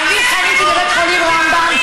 אני חניתי בבית חולים רמב"ם,